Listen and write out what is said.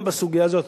גם בסוגיה הזו,